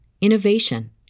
innovation